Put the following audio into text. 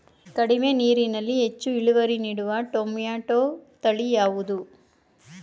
ಕಡಿಮೆ ನೀರಿನಲ್ಲಿ ಹೆಚ್ಚು ಇಳುವರಿ ನೀಡುವ ಟೊಮ್ಯಾಟೋ ತಳಿ ಯಾವುದು?